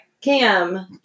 Cam